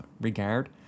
regard